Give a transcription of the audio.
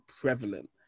prevalent